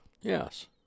yes